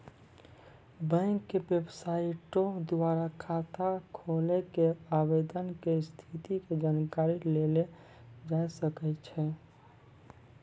bank के बेबसाइटो द्वारा खाता खोलै के आवेदन के स्थिति के जानकारी लेलो जाय सकै छै